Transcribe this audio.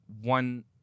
one